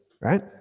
right